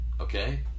okay